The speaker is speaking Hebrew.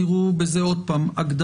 תראו בזה הקדמה.